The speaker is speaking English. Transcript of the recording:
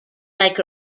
like